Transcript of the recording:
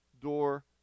door